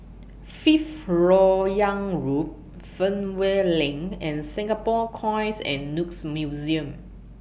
Fifth Lok Yang Road Fernvale LINK and Singapore Coins and Notes Museum